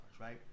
right